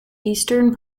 eastern